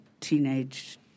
teenage